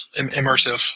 immersive